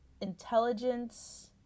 intelligence